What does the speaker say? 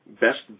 Best